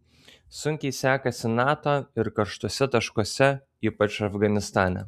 sunkiai sekasi nato ir karštuose taškuose ypač afganistane